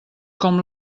com